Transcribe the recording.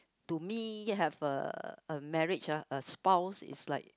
to me have uh a marriage ah a spouse is like